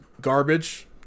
garbage